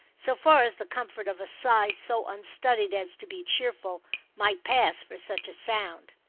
so far as the comfort of a sigh so unstudied as to be cheerful might pass for such a sound.